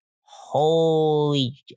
Holy